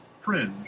fringe